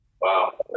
Wow